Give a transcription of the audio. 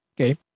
Okay